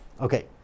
Okay